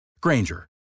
Granger